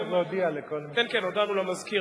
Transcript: צריך להודיע לכל, כן כן, הודענו למזכיר.